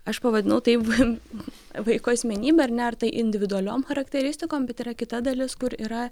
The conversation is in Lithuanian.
aš pavadinau tai va vaiko asmenybe ar ne artai individualiom charakteristikom bet yra kita dalis kur yra